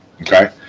Okay